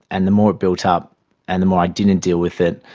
and the more it built up and the more i didn't deal with it,